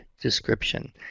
description